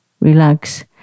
relax